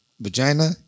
vagina